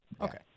Okay